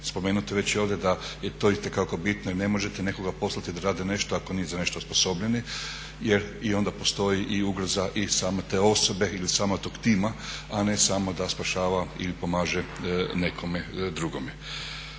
Spomenuto je već ovdje da je to itekako bitno i ne možete nekoga poslati da radi nešto ako nije za nešto osposobljen jer i onda postoji i ugroza i same te osobe ili samog tog tima, a ne samo da spašava ili pomaže nekome drugome.